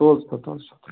تُل سا تُل سا